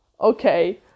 okay